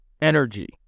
energy